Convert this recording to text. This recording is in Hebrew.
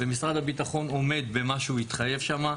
ומשרד הביטחון עומד במה שהוא התחייב שם,